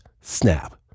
snap